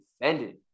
defended